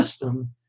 system